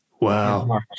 Wow